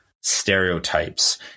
stereotypes